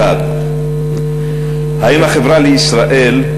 1. האם "החברה לישראל"